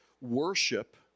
worship